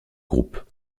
groupe